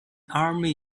army